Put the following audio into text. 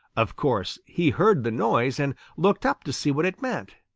of course, he heard the noise and looked up to see what it meant.